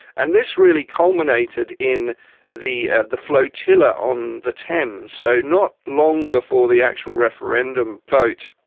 and this really culminated in the the flotilla on the thames. so not long before the actual referendum vote,